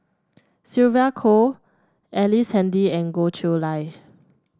Sylvia Kho Ellice Handy and Goh Chiew Lye